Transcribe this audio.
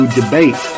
debate